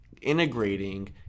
integrating